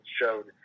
showed